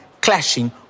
clashing